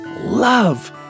love